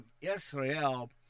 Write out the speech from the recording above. Israel